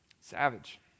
Savage